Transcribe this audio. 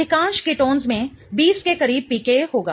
अधिकांश कीटोन्स में 20 के करीब pKa होगा